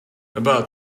about